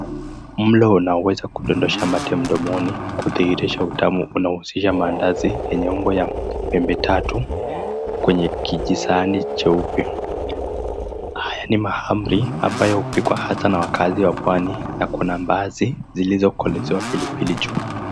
Mlo unaoweza kudondosha mate mdomoni, kudhihirisha utamu unahusisha mandazi yenye umboya pembe tatu kwenye kijisahai cheupe. Mahamri ambayo hupikwa hasa na wakaazi wa pwani na kuna mbaazi zilizokolezewa pilipili juu.